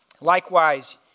Likewise